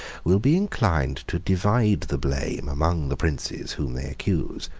will be inclined to divide the blame among the princes whom they accuse,